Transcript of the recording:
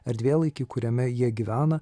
erdvėlaikį kuriame jie gyvena